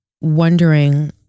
wondering